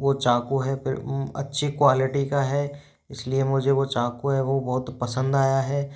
वो चाकू है फिर अच्छी क्वालिटी का है इस लिए मुझे वो चाकू है वह बहुत पसंद आया है